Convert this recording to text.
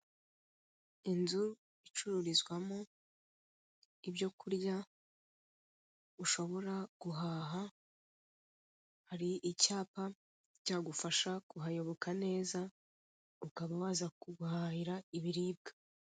Inzu icururizwamo ibyo kurya ushobora guhaha. Hari icyapa cyagufasha kuhayoboka, neza ukaba waza guhahahira ibiribwa.